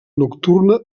nocturna